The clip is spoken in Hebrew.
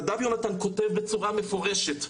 נדב יהונתן כותב בצורה מפורשת,